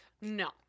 no